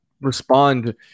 respond